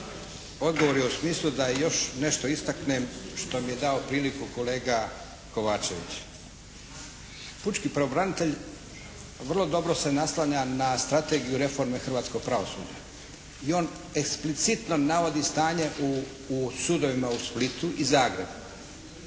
odgovor je u smislu da još nešto istaknem što mi je dao priliku kolega Kovačević. Pučki pravobranitelj vrlo dobro se naslanja na strategiju reforme hrvatskog pravosuđa i on eksplicitno navodi stanje u sudovima u Splitu i Zagrebu.